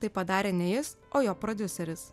tai padarė ne jis o jo prodiuseris